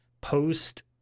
post